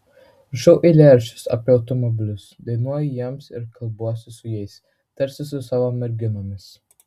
rašau eilėraščius apie automobilius dainuoju jiems ir kalbuosi su jais tarsi su savo merginomis